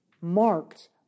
marked